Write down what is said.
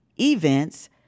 events